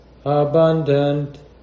abundant